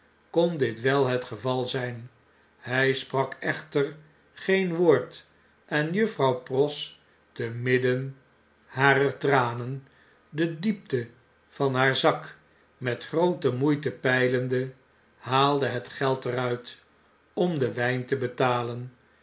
kon dit wel het geval zjn hij sprak echter geen woord en juffrouw pross te midden harer tranen de diepte van haar zak met groote moeite peilende haalde het geld eruit om den wijn te betalen